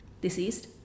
deceased